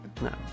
No